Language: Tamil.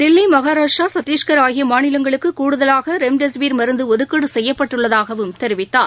தில்லி மகாராஷ்டிரா சத்தீஷ்கள் ஆகிய மாநிலங்களுக்கு கூடுதலாக ரெம்டெசிவிர் மருந்து ஒதுக்கீடு செய்யப்பட்டுள்ளதாகவும் தெரிவித்தார்